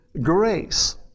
grace